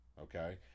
okay